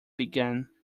begun